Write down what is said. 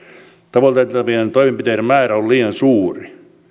tavoiteltavien toimenpiteiden määrä on liian suuri